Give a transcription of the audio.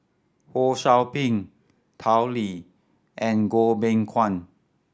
Ho Sou Ping Tao Li and Goh Beng Kwan